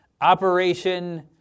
Operation